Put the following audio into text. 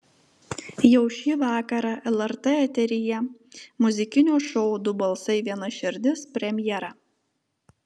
jau šį vakarą lrt eteryje muzikinio šou du balsai viena širdis premjera